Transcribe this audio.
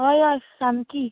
हय हय सामकी